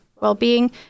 well-being